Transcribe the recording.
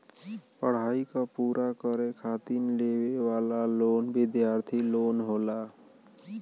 पढ़ाई क पूरा करे खातिर लेवे वाला लोन विद्यार्थी लोन होला